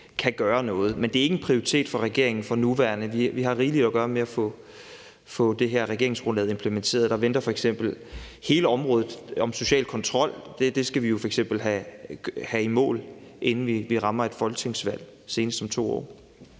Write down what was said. kan gøre noget. Men det er ikke en prioritet for regeringen for nuværende. Vi har rigeligt at gøre med at få det her regeringsgrundlag implementeret. Der venter f.eks. hele området om social kontrol. Det skal vi jo f.eks. have i mål, inden vi rammer et folketingsvalg, senest om 2 år.